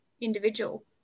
individual